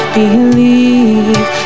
believe